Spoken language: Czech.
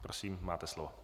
Prosím, máte slovo.